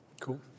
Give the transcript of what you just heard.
Cool